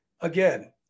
Again